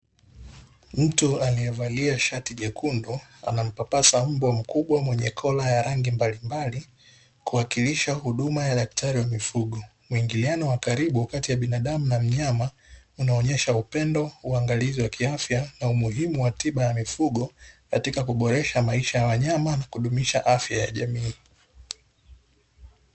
Mtu aliyevalia sharti jekundu, anampapasa mbwa mkubwa mwenye kola ya rangi mbalimbali kuwakilisha huduma ya daktari wa mifugo, muingiliano wa karibu kati ya binadamu na mnyama unaonyesha upendo, uangalizi wa kiafya na umuhimu wa tiba ya mifugo katika kuboresha maisha ya wanyama na kudumisha afya ya jamii.